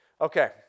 Okay